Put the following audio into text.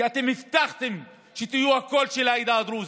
כי אתם הבטחתם שתהיו הקול של העדה הדרוזית.